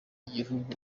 gihugu